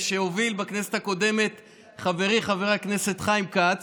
שהוביל בכנסת הקודמת חברי חבר הכנסת חיים כץ,